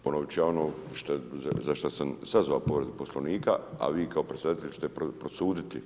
Ponovit ću ja ono za šta sam sazvao povredu Poslovnika, a vi kao predsjedavatelj ćete prosuditi.